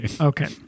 Okay